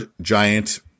giant